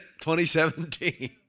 2017